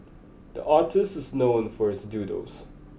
the artist is known for his doodles